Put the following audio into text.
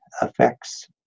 affects